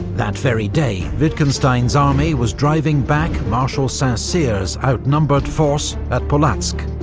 that very day, wittgenstein's army was driving back marshal saint-cyr's outnumbered force at polotsk,